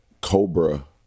Cobra